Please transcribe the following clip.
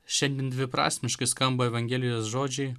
šiandien dviprasmiškai skamba evangelijos žodžiai